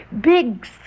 big